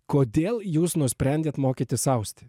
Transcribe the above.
kodėl jūs nusprendėt mokytis austi